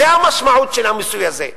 זאת המשמעות של המיסוי הזה.